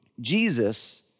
Jesus